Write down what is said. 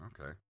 Okay